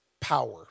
power